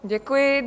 Děkuji.